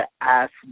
ask